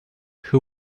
who